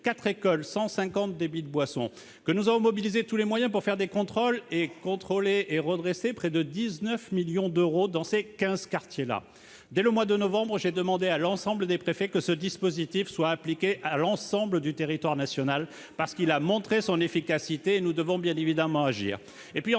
4 écoles, 150 débits de boissons, que nous avons mobilisé tous les moyens pour faire des contrôles et procédé à des redressements pour près de 19 millions d'euros dans ces quinze quartiers. Dès le mois de novembre dernier, j'ai demandé à l'ensemble des préfets que ce dispositif soit appliqué à l'ensemble du territoire national, parce qu'il a montré son efficacité et que nous devons bien évidemment agir.